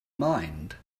mind